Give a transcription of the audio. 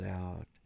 out